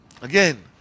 Again